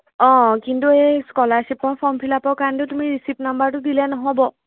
অঁ কিন্তু এই স্কলাৰশ্বিপৰ ফৰ্মফিলাপৰ কাৰণেতো তুমি ৰিচিপ্ট নাম্বাৰটো দিলে নহ'ব